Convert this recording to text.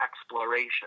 exploration